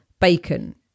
bacon